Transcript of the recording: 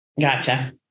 Gotcha